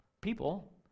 people